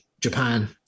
Japan